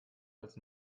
als